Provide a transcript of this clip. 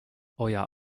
euer